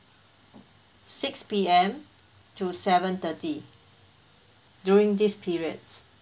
six PM to seven thirty during these periods